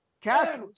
cash